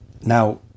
Now